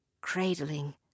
cradling